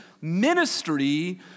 ministry